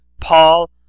Paul